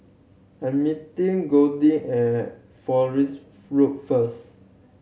I'm meeting Goldie at Fowlies Road first